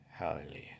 Hallelujah